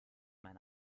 mein